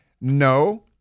no